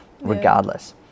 regardless